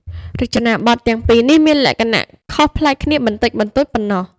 រចនាបថទាំងពីរនេះមានលក្ខណៈខុសប្លែកគ្នាបន្តិចបន្តួចប៉ុណ្ណោះ។